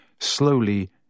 Slowly